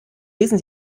lesen